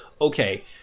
okay